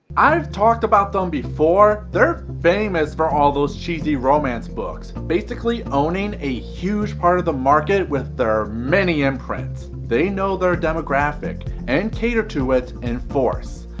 i've talked about them before. they're famous for all those cheesy romance books basically owning a huge part of the market with their many imprints. they know their demographic and cater to it in force,